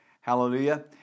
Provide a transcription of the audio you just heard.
Hallelujah